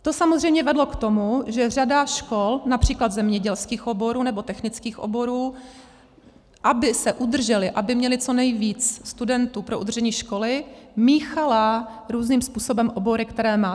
To samozřejmě vedlo k tomu, že řada škol, např. zemědělských oborů nebo technických oborů, aby se udržely, aby měly co nejvíc studentů pro udržení školy, míchala různým způsobem obory, které má.